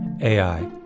AI